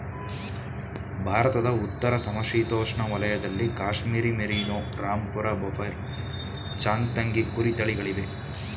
ಭಾರತದ ಉತ್ತರ ಸಮಶೀತೋಷ್ಣ ವಲಯದಲ್ಲಿ ಕಾಶ್ಮೀರಿ ಮೇರಿನೋ, ರಾಂಪುರ ಬಫೈರ್, ಚಾಂಗ್ತಂಗಿ ಕುರಿ ತಳಿಗಳಿವೆ